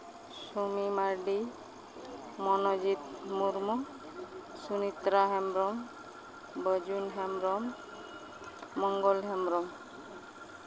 Sumi Mardi Monojit Murmu Sumitra Hembrom Bajun Hembrom Mangal Hembrom